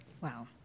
Wow